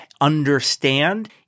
understand